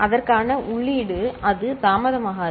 அதற்கான உள்ளீடு அது தாமதமாகாது